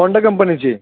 Honda कंपनीची